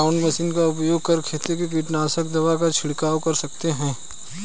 ground machine का उपयोग कर खेतों में कीटनाशक दवा का झिड़काव कर सकते है